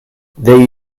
they